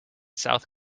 south